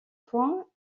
point